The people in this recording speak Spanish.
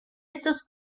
estos